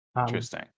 Interesting